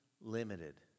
limited